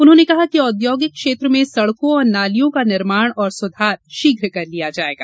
उन्होंने कहा कि औद्योगिक क्षेत्र में सड़कों और नालियों का निर्माण और सुधार शीघ्र कर लिया जाएगा